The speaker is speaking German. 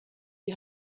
die